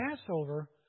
Passover